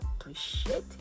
appreciate